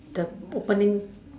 the opening